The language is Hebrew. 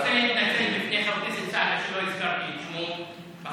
אני רוצה להתנצל בפני חבר הכנסת סעדה שלא הזכרתי את שמו בחמישה.